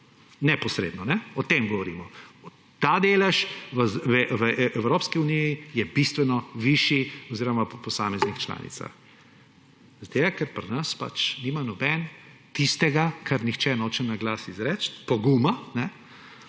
neposredno, o tem govorimo. Ta delež v Evropski uniji je bistveno višji oziroma po posameznih članicah. Ker pri nas pač nima noben tistega, kar nihče noče naglas izreči, poguma,